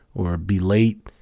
or be late,